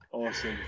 Awesome